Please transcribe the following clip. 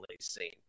seen